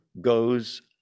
goes